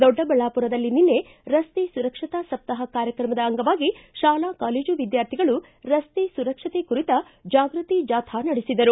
ದೊಡ್ಡಬಳ್ಳಾಪುರದಲ್ಲಿ ನಿನ್ನೆ ರಸ್ತೆ ಸುರಕ್ಷತಾ ಸಪ್ತಾಹ ಕಾರ್ಯಕ್ರಮದ ಅಂಗವಾಗಿ ಶಾಲಾ ಕಾಲೇಜು ವಿದ್ವಾರ್ಥಿಗಳು ರಸ್ತೆ ಸುರಕ್ಷತೆ ಕುರಿತ ಜಾಗ್ಬತಿ ಜಾಥಾ ನಡೆಸಿದರು